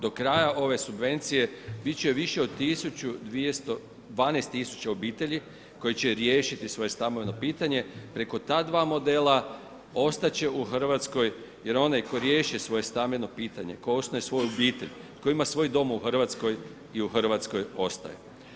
Do kraja ove subvencije, biti će više od 12000 obitelji koji će riješiti svoje stambeno pitanje preko ta dva modela, ostati će u Hrvatskoj, jer onaj tko riješi svoje stambeno pitanje, tko osnuje svoju obitelji, koji ima svoj dom u Hrvatskoj i u Hrvatskoj ostaje.